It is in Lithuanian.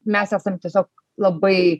mes esam tiesiog labai